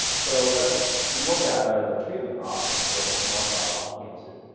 so let's look at ah the treatment option for the small cell lung cancer.